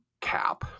cap